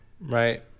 Right